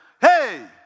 Hey